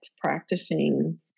practicing